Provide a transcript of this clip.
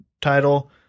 title